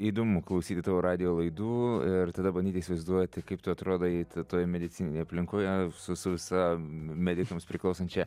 įdomu klausyti tavo radijo laidų ir tada bandyti įsivaizduoti kaip tu atrodai toj medicininėj aplinkoj su su visa medikams priklausančia